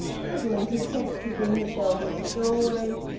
edwin, who kept within the shelter of the doorway,